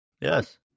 yes